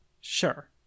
Sure